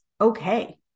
okay